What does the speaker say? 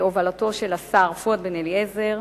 בהובלתו של השר פואד בן-אליעזר,